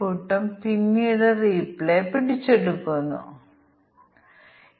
എന്നിട്ട് കിഴിവ് പ്രയോഗിച്ചതിന് ശേഷമുള്ള മൊത്തം തുക എത്രയാണ്